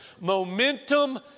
Momentum